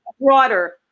broader